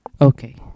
Okay